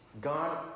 God